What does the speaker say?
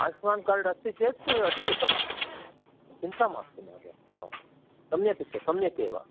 आयुष्मान् card अस्ति चेत् अति उत्तमं चिन्ता मास्तु महोदया सम्यक् सम्यक् एव